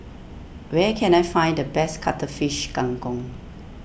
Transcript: where can I find the best Cuttlefish Kang Kong